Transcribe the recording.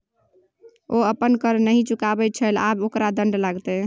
ओ अपन कर नहि चुकाबैत छल आब ओकरा दण्ड लागतै